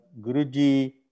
Guruji